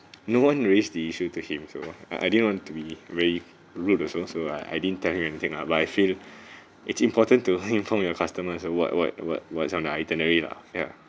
no one raised the issue to him so I I didn't want to be re~ rude also so I I didn't tell him anything lah but I feel it's important to inform your customers of what what what what's on the itinerary lah ya